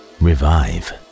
revive